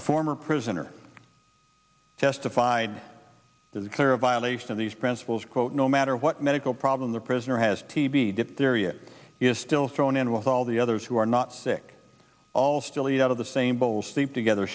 a former prisoner testified to the clear violation of these principles quote no matter what medical problem the prisoner has tb diptheria is still thrown in with all the others who are not sick all still eat out of the same bowl sleep together